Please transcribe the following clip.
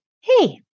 Hey